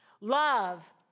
love